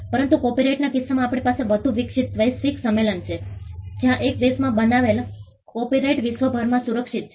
પરંતુ કોપિરાઇટના કિસ્સામાં આપણી પાસે વધુ વિકસિત વૈશ્વિક સંમેલન છે જ્યાં એક દેશમાં બનાવેલા કોપિરાઇટ વિશ્વભરમાં સુરક્ષિત છે